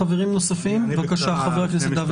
חבר הכנסת דוידסון בבקשה.